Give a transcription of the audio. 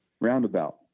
roundabout